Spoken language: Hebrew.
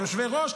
כיושבי ראש,